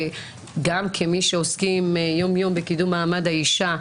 גם כמי שעוסקים יום-יום בקידום מעמד האישה,